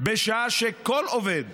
בשעה שכל עובד